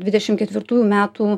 dvidešim ketvirtųjų metų